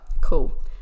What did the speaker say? Cool